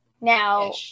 Now